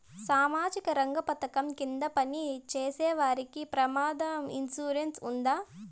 సామాజిక రంగ పథకం కింద పని చేసేవారికి ప్రమాద ఇన్సూరెన్సు ఉందా?